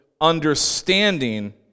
understanding